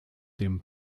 dem